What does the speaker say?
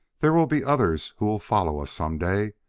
there will be others who will follow us some day.